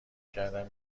کردم